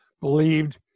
believed